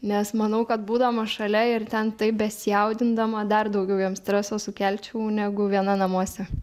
nes manau kad būdama šalia ir ten taip besijaudindama dar daugiau jam streso sukelčiau negu viena namuose